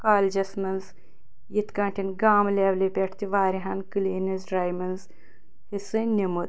کالجَس مَنٛز یِتھ کٲٹھۍ گامہٕ لیولہِ پٮ۪ٹھ تہِ واریاہَن کلین لِنیٚس ڈرٛایو مَنٛز حِصہٕ نیٛومُت